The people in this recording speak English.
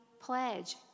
pledge